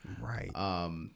right